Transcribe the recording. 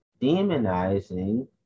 demonizing